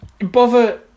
Bother